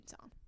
song